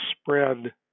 spread